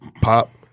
Pop